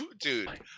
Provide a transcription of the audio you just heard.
Dude